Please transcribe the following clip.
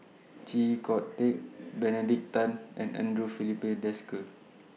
Chee Kong Tet Benedict Tan and Andre Filipe Desker